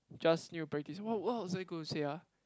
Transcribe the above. just new practice what what was I gonna say ah